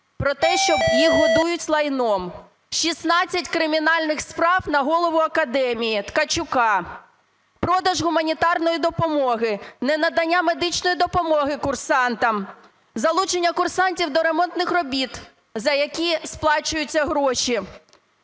про те, що їх годують лайном. 16 кримінальних справ на голову академії Ткачука. Продаж гуманітарної допомоги, ненадання медичної допомоги курсантам, залучення курсантів до ремонтних робіт, за які сплачуються гроші.